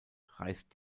reißt